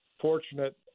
fortunate